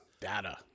data